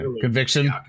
conviction